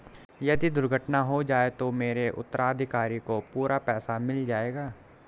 यदि दुर्घटना हो जाये तो मेरे उत्तराधिकारी को पूरा पैसा मिल जाएगा?